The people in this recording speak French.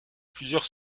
plusieurs